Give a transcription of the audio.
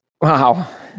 Wow